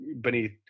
beneath